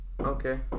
Okay